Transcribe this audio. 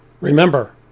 Remember